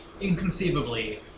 inconceivably